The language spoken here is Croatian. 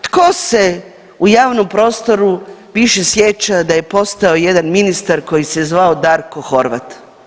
Tko se u javnom prostoru više sjeća da je postao jedan ministar koji se zvao Darko Horvat?